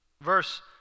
Verse